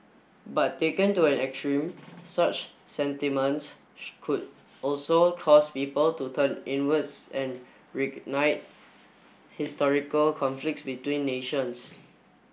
but taken to an extreme such sentiments could also cause people to turn inwards and reignite historical conflicts between nations